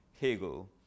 Hegel